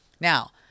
Now